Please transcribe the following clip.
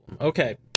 Okay